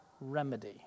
remedy